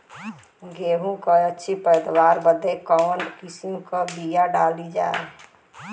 गेहूँ क अच्छी पैदावार बदे कवन किसीम क बिया डाली जाये?